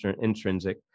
intrinsic